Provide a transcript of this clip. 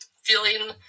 feeling